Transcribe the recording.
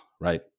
right